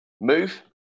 Move